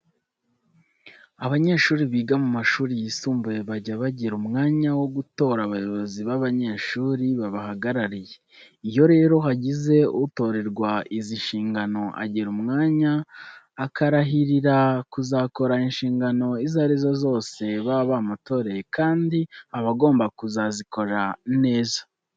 Abanyeshuri biga mu mashuri yisumbuye bajya bagira umwanya wo gutora abayobozi b'abanyeshuri babahagarariye. Iyo rero hagize utorerwa izi nshingano agira umwanya akarahirira kuzakora inshingano izo ari zo zose baba bamutoreye kandi aba agomba kuzazikora neza.